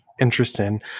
interesting